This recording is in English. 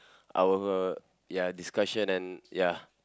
our ya discussion and ya